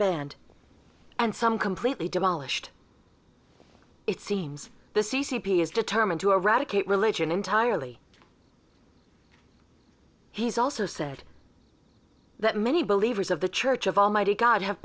banned and some completely demolished it seems the c c p is determined to eradicate religion entirely he's also said that many believers of the church of almighty god have